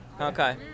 Okay